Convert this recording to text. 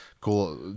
cool